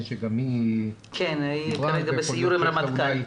שגם היא --- היא כרגע בסיור עם הרמטכ"ל.